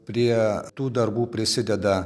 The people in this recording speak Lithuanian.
prie tų darbų prisideda